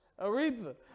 Aretha